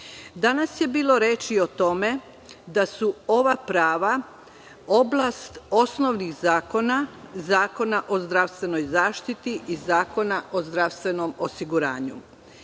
je bilo reči o tome da su ova prava oblast osnovnih zakona, Zakona o zdravstvenoj zaštiti i Zakona o zdravstvenom osiguranju.